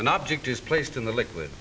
an object is placed in the liquid